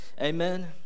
Amen